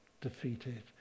defeated